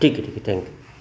ठीक आहे ठीक आहे थँक्यू